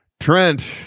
Trent